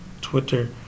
Twitter